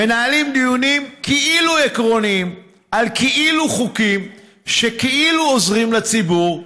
מנהלים דיונים כאילו עקרוניים על כאילו חוקים שכאילו עוזרים לציבור,